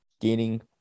gaining